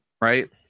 right